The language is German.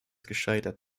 gescheitert